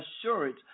assurance